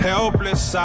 Helpless